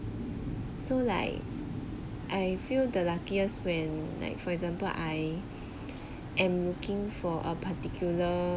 so like I feel the luckiest when like for example I am looking for a particular